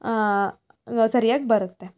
ಸರ್ಯಾಗಿ ಬರುತ್ತೆ